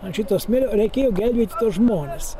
ant šito smėlio reikėjo gelbėti tuos žmones